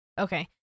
Okay